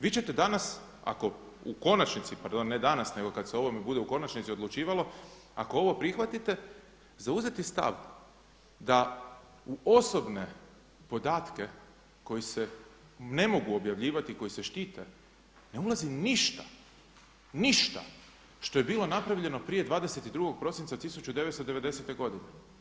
Vi ćete danas ako u konačnici, pardon ne danas, nego kad se bude u konačnici odlučivalo, ako ovo prihvatite, zauzeti stav da u osobne podatke koji se ne mogu objavljivati, koji se štite, ne ulazi ništa, ništa što je bilo napravljeno prije 22. prosinca 1990. godine.